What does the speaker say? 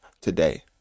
today